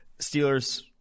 Steelers